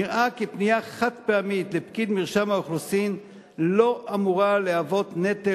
נראה כי פנייה חד-פעמית לפקיד מרשם האוכלוסין לא אמורה להיות נטל